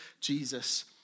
Jesus